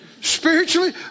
spiritually